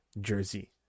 jersey